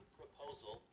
proposal